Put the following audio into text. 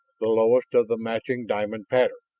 the lowest of the matching diamond pattern.